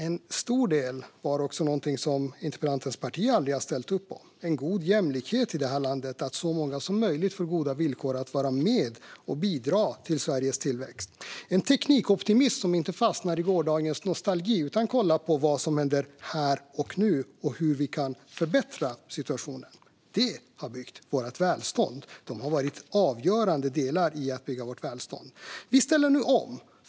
En stor del var också någonting som interpellantens parti aldrig har ställt upp på: en god jämlikhet i det här landet så att så många som möjligt får goda villkor att vara med och bidra till Sveriges tillväxt, och även en teknikoptimism som inte fastnar i gårdagens nostalgi utan kollar på vad som händer här och nu och hur vi kan förbättra situationen. Dessa har varit avgörande delar i att bygga vårt välstånd. Vi ställer nu om.